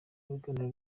biganiro